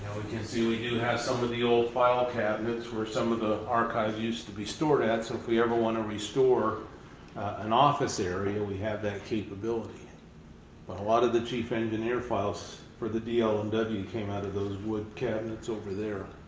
can see we do have some of the old file cabinets where some of the archives used to be stored at. so, if we ever want to restore an office area, we have that capability. but a lot of the chief engineer files for the dl and w came out of those wood cabinets over there.